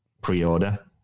pre-order